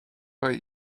but